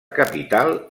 capital